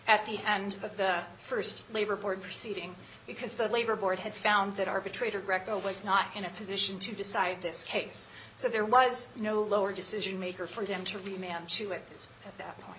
at the end of the st labor board proceeding because the labor board had found that arbitrator greco was not in a position to decide this case so there was no lower decision maker for them to remember to at this point